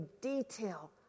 detail